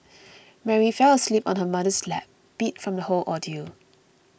Mary fell asleep on her mother's lap beat from the whole ordeal